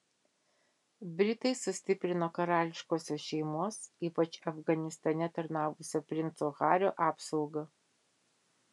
britai sustiprino karališkosios šeimos ypač afganistane tarnavusio princo hario apsaugą